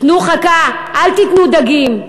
תנו חכה, אל תיתנו דגים.